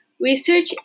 research